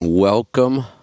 Welcome